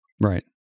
Right